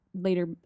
later